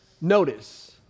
notice